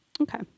okay